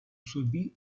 собі